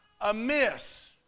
amiss